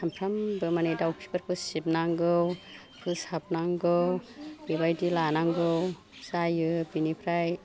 सामफ्रामबो माने दावखिफोरखौ सिबनांगौ फोसाबनांगौ बेबायदि लानांगौ जायो बिनिफ्राय